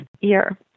year